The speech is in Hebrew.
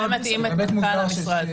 היה מתאים מנכ"ל המשרד.